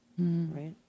Right